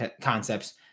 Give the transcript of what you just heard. concepts